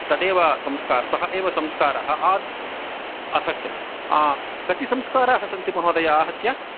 तदेव संस्का सः एव संस्कारः असत्यम् कति संस्काराः सन्ति महोदय आहत्य